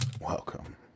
Welcome